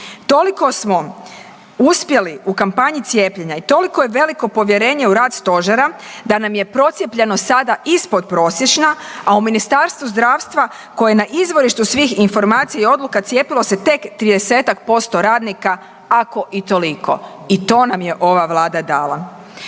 Toliko smo uspjeli u kampanji cijepljenja i toliko je veliko povjerenje u rad stožera da nam je procijepljenost sada ispod prosječna, a u Ministarstvu zdravstva koje na izvorištu svih informacija fi odluka tek se 30% radnika ako i toliko i to nam je ova Vlada dala.